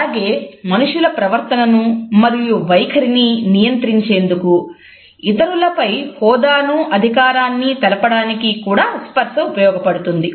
అలాగే మనుషుల ప్రవర్తనను మరియు వైఖరిని నియంత్రించేందుకు ఇతరులపై హోదానూ అధికారాన్ని తెలపడానికి కూడా స్పర్శ ఉపయోగపడుతుంది